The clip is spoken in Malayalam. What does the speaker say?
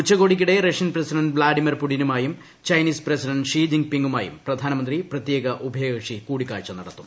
ഉച്ചകോടിയ്ക്കിടെ റഷ്യൻ പ്രസിഡന്റ് വ്ളാഡിമർ പുടിനുമായും ചൈനീസ് പ്രസിഡന്റ് ഷി ജിൻ പിങ്ങുമായും പ്രധാനമന്ത്രി പ്രത്യേക ഉഭയകക്ഷി കൂടിക്കാഴ്ച നടത്തും